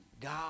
God